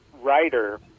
writer